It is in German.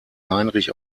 heinrich